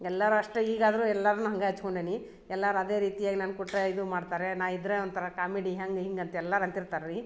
ಎಲ್ಲಾರಷ್ಟ್ ಈಗಾದ್ರು ಎಲ್ಲರ್ನು ಹಂಗ ಹಚ್ಕೊಂಡೆನಿ ಎಲ್ಲಾರ್ ಅದೇ ರೀತಿಯಾಗ್ ನನ್ ಕುಟ್ರೆ ಇದು ಮಾಡ್ತಾರೆ ನಾ ಇದ್ರ ಒಂಥರ ಕಾಮಿಡಿ ಹಂಗೆ ಹಿಂಗಂತ ಎಲ್ಲಾರು ಅಂತಿರ್ತಾರೆ ರೀ